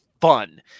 fun